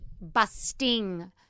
busting